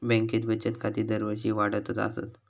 बँकेत बचत खाती दरवर्षी वाढतच आसत